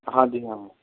ਹਾਂਜੀ ਹਾਂ